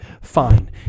Fine